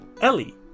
Ellie